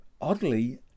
oddly